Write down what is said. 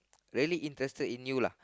really interested in you lah